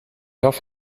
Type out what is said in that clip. gaf